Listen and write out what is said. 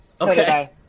Okay